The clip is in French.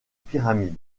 pyramide